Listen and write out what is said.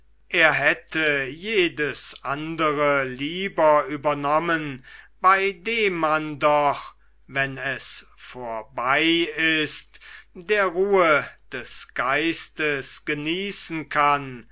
er hätte jedes andere lieber übernommen bei dem man doch wenn es vorbei ist der ruhe des geistes genießen kann